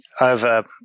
over